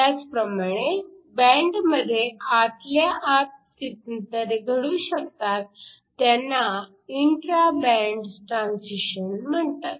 त्याचप्रमाणे बँडमध्ये आतल्या आत स्थित्यंतरे घडू शकतात त्यांना इंट्राबँड ट्रान्सिशन म्हणतात